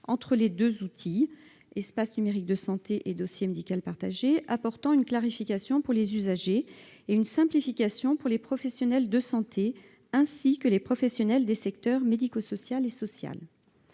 entre les deux outils que sont l'espace numérique de santé et le dossier médical partagé, apportant une clarification pour les usagers et une simplification pour les professionnels de santé, ainsi que les professionnels des secteurs médico-social et social.